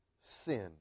sin